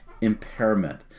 impairment